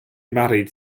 married